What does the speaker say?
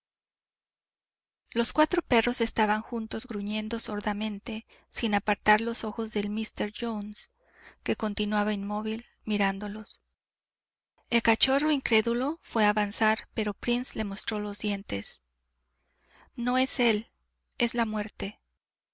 los cuatro perros estaban juntos gruñendo sordamente sin apartar los ojos de míster jones que continuaba inmóvil mirándolos el cachorro incrédulo fué a avanzar pero prince le mostró los dientes no es él es la muerte